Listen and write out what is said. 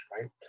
right